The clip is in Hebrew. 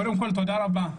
קודם כול, תודה רבה.